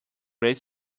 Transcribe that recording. great